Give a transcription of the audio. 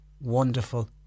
wonderful